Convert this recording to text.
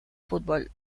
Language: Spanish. fútbol